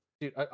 Dude